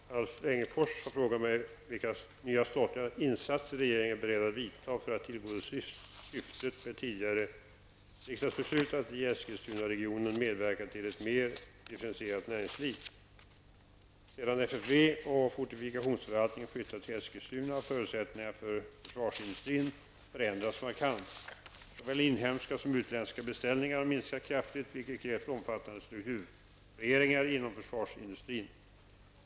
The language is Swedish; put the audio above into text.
Fru talman! Alf Egnerfors har frågat mig vilka nya statliga insatser regeringen är beredd att vidta för att tillgodose syftet med tidigare riksdagsbeslut att i Eskilstunaregionen medverka till ett mer differentierat näringsliv. Sedan FFV och fortifikationsförvaltningen flyttade till Eskilstuna har förutsättningarna för försvarsindustrin förändrats markant. Såväl inhemska som utländska beställningar har minskat kraftigt, vilket krävt omfattande struktureringar inom försvarsindustrin.